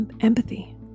empathy